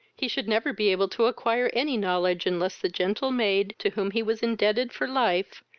he should never be able to acquire any knowledge unless the gentle maid, to whom he was indebted for life,